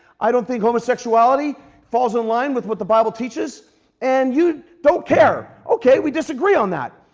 i don't think homosexuality falls in line with what the bible teaches and you don't care. ok. we disagree on that.